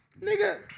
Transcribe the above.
nigga